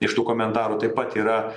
iš tų komentarų taip pat yra